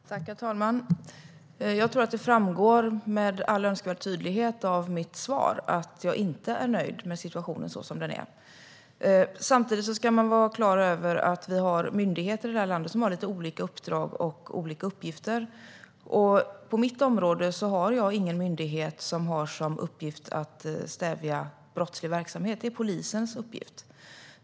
Herr talman! Jag tror att det framgår med all önskvärd tydlighet av mitt svar att jag inte är nöjd med situationen så som den är. Samtidigt ska man vara klar över att vi har myndigheter i det här landet som har lite olika uppdrag och uppgifter. På mitt område har jag ingen myndighet som har som uppgift att stävja brottslig verksamhet, utan det är polisens uppgift.